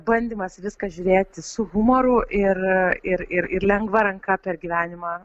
bandymas į viską žiūrėti su humoru ir ir ir ir lengva ranka per gyvenimą